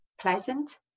pleasant